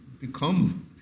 become